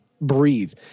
breathe